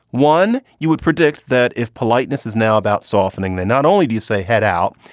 one, you would predict that if politeness is now about softening, then not only do you say head out,